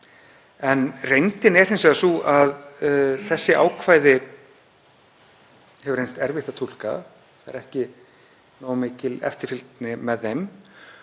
Reyndin er hins vegar sú að þessi ákvæði hefur reynst erfitt að túlka, það er ekki nógu mikil eftirfylgni með þeim